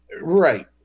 Right